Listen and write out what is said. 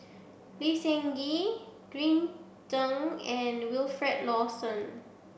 Lee Seng Gee Green Zeng and Wilfed Lawson